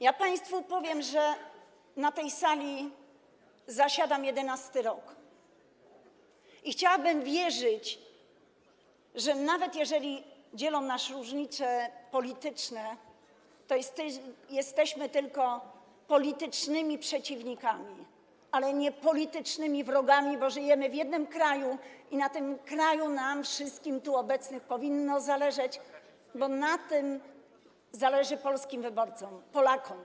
Ja państwu powiem, że na tej sali zasiadam jedenasty rok i chciałabym wierzyć, że nawet jeżeli dzielą nas różnice polityczne, to jesteśmy tylko politycznymi przeciwnikami, ale nie politycznymi wrogami, bo żyjemy w jednym kraju i na tym kraju nam wszystkim tu obecnym powinno zależeć, bo na tym zależy polskim wyborcom, Polakom.